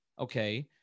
Okay